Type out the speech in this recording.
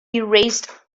erased